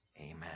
Amen